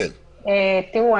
תראו,